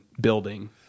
building